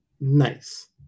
nice